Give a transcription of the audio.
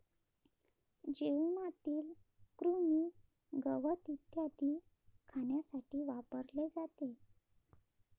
जेवणातील कृमी, गवत इत्यादी खाण्यासाठी वापरले जाते